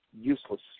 Useless